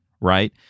right